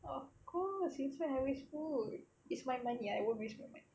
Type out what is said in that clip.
of course since when I waste food it's my money I won't waste my money